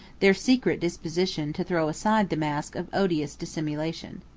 their secret disposition to throw aside the mask of odious dissimulation.